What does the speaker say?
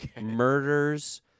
murders